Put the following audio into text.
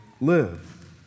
live